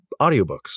audiobooks